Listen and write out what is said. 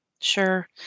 Sure